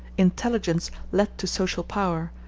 intelligence led to social power,